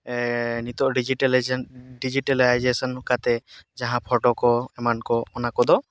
ᱱᱤᱛᱚᱜ digitalisation digitalisation ᱠᱟᱛᱮ ᱡᱟᱦᱟᱸ ᱯᱷᱳᱴᱳ ᱠᱚ ᱮᱢᱟᱱ ᱠᱚ ᱚᱱᱟᱠᱚᱫᱚ